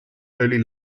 early